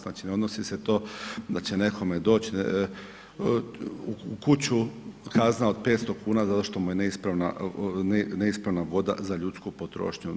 Znači ne odnosi se to da će nekome doći u kuću kazna od 500 kuna zato što mu je neispravna voda za ljudsku potrošnju.